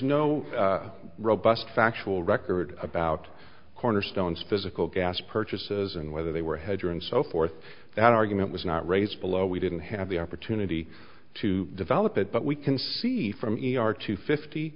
no robust factual record about cornerstones physical gas purchases and whether they were hedge or and so forth that argument was not raised below we didn't have the opportunity to develop it but we can see from e r to fifty